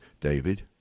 David